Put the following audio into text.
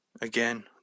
Again